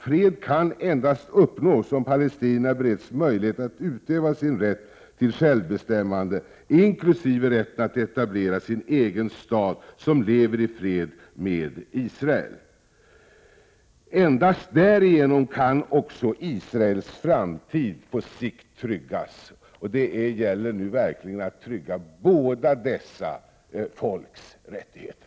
Fred kan endast uppnås om palestinierna bereds möjlighet att utöva sin rätt till självbestämmande, inkl. rätten att etablera sin egen stat som lever i fred med Israel. Endast därigenom kan också Israels framtid på sikt tryggas, och det gäller nu verkligen att trygga båda dessa folks rättigheter.